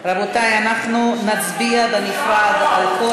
רבותי, אנחנו נצביע בנפרד, יישר כוח, יישר כוח.